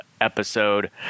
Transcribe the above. episode